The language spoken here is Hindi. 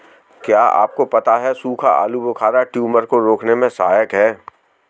क्या आपको पता है सूखा आलूबुखारा ट्यूमर को रोकने में सहायक है?